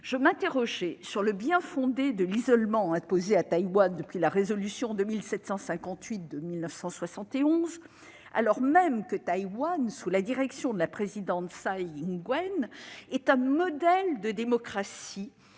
je m'interrogeais sur le bien-fondé de l'isolement imposé à Taïwan depuis la résolution 2758 de 1971, alors même que Taïwan, sous la direction de la Présidente Tsai Ing-wen, est un modèle de démocratie,